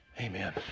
Amen